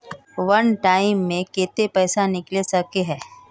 वन time मैं केते पैसा निकले सके है?